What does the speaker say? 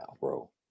bro